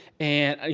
and you